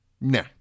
nah